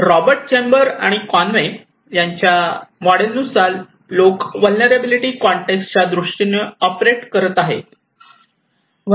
Robert Chamber and Conway यांच्या model नुसार लोक व्हलनेरलॅबीलीटी कॉंटेक्सच्या दृष्टीने ऑपरेट करत आहे